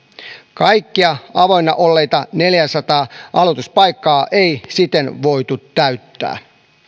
kaikkia avoinna olleita neljäsataa aloituspaikkaa ei siten voitu täyttää